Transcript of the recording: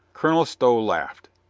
colonel stow laughed.